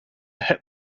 hip